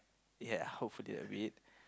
ya hopefully I read